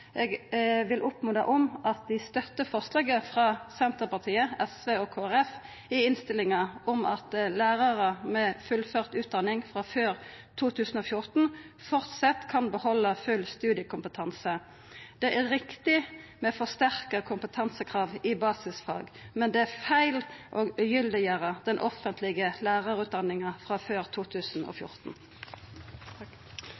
Eg vil oppmoda om at dei støttar forslaget frå Senterpartiet, SV og Kristeleg Folkeparti i innstillinga om at lærarar med fullført utdanning frå før 2014 kan behalda full undervisningskompetanse. Det er riktig med forsterka kompetansekrav i basisfag, men det er feil å ugyldiggjera den offentlege lærarutdanninga frå før